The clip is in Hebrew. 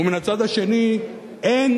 ומן הצד השני אין